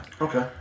Okay